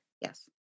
Yes